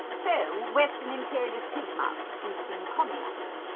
so, western imperialist pig mouse, eastern commie mouse.